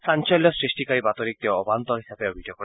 চাঞ্চল্য সৃষ্টিকাৰী বাতৰিক তেওঁ অবান্তৰ হিচাপে অভিহিত কৰে